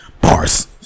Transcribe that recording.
Bars